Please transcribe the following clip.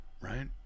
right